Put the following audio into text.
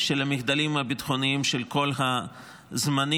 של המחדלים הביטחוניים של כל הזמנים,